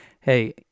Hey